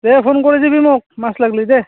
দে phone কৰি দিবি মোক মাছ লাগলি দে